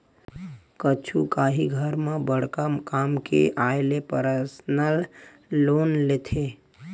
कुछु काही घर म बड़का काम के आय ले परसनल लोन लेथे